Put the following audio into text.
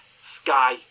Sky